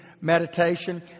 meditation